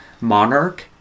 Monarch